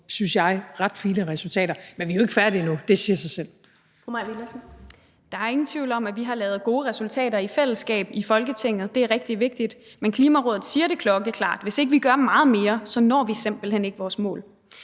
Ellemann): Fru Mai Villadsen. Kl. 13:47 Mai Villadsen (EL): Der er ingen tvivl om, at vi har lavet gode resultater i fællesskab i Folketinget, og det er rigtig vigtigt, men Klimarådet siger det klokkeklart: Hvis ikke vi gør meget mere, når vi simpelt hen ikke vores mål.